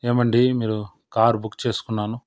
ఏమండీ మీరు car book చేసుకున్నాను